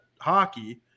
hockey